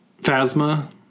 Phasma